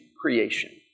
creation